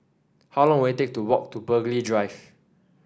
how long will it take to walk to Burghley Drive